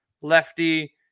lefty